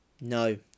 No